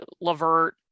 Levert